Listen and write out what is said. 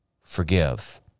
forgive